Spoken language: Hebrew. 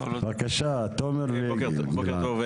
בוקר טוב.